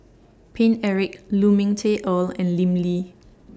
Paine Eric Lu Ming Teh Earl and Lim Lee